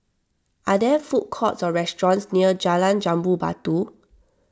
are there food courts or restaurants near Jalan Jambu Batu